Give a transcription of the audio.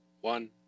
one